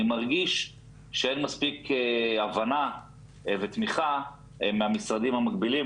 אני מרגיש שאין מספיק הבנה ותמיכה מהמשרדים המקבילים,